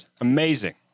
Amazing